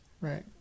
Right